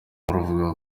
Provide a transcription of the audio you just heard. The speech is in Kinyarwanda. ruvuga